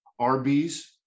RBs